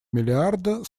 миллиарда